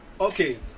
okay